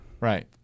Right